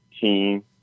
team